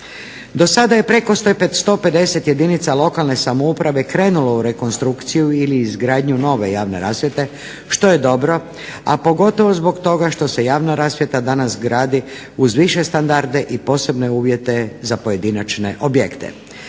Do sada je preko 150 jedinca lokalne samouprave krenulo u rekonstrukciju ili izgradnju nove javne rasvjete, što je dobro a pogotovo zbog toga što se javna rasvjeta danas radi uz više standarde i posebne uvjete za pojedinačne objekte.